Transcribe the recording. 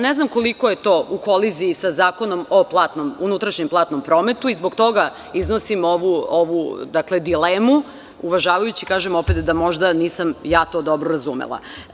Ne znam koliko je to u koliziji sa Zakonom o unutrašnjem platnom prometu i zbog toga iznosim ovu dilemu, uvažavajući, opet da to nisam ja dobro razumela.